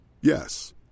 Yes